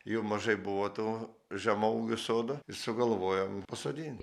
jų mažai buvo tų žemaūgių sodų ir sugalvojom pasodint